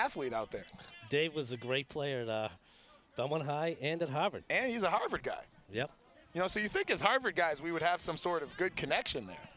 athlete out there date was a great player someone high end of harvard and he's a harvard guy yeah you know so you think as harvard guys we would have some sort of good connection there